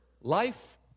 life